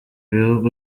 bihugu